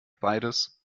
beides